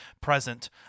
present